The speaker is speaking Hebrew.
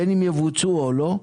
בין יבוצעו או לא,